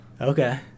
okay